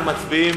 אנחנו מצביעים